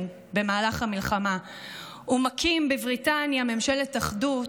במהלך המלחמה ומקים בבריטניה ממשלת אחדות,